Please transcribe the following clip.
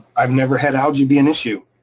i've never had algae be an issue.